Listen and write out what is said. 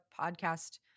podcast